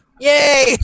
Yay